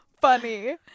funny